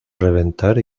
reventar